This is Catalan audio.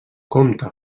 comte